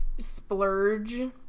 splurge